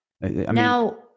Now